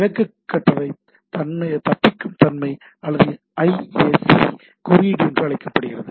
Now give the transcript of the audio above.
விளக்கக் கட்டளை தப்பிக்கும் தன்மை அல்லது ஐஏசி குறியீடு என்று அழைக்கப்படுகிறது